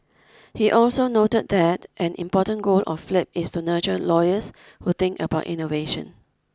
he also noted that an important goal of Flip is to nurture lawyers who think about innovation